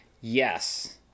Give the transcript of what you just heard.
Yes